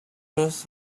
clothes